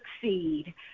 succeed